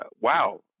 wow